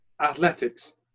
Athletics